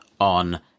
on